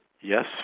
yes